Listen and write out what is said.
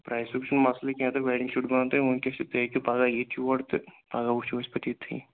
پرٛایسُک چھُنہٕ مسلہٕ کیٚنہہ تہٕ وٮ۪ڈِنٛگ سوٗٹ بَنَن تۄہہِ وٕنۍکٮ۪س تہِ تُہۍ ہیٚکِو پگاہ یِتھ یور تہٕ پگاہ وٕچھو أسۍ پَتہٕ ییٚتھٕے